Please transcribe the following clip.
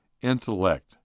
intellect